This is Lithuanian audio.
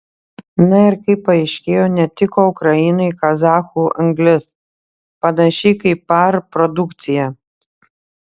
na ir kaip paaiškėjo netiko ukrainai kazachų anglis panašiai kaip par produkcija